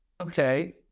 okay